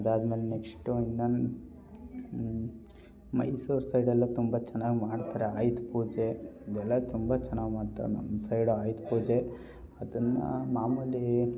ಅದಾದ್ಮೇಲೆ ನೆಕ್ಸ್ಟು ಇನ್ನೂ ಮೈಸೂರು ಸೈಡೆಲ್ಲ ತುಂಬ ಚೆನ್ನಾಗಿ ಮಾಡ್ತಾರೆ ಆಯುಧ ಪೂಜೆ ಅದೆಲ್ಲ ತುಂಬ ಚೆನ್ನಾಗಿ ಮಾಡ್ತಾರೆ ನಮ್ಮ ಸೈಡ್ ಆಯುಧ ಪೂಜೆ ಅದನ್ನು ಮಾಮೂಲೀ